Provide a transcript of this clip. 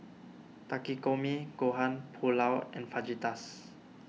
Takikomi Gohan Pulao and Fajitas